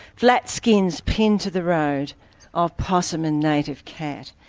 flat skins pinned to the road of possum and native cat.